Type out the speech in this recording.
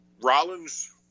Rollins